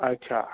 अच्छा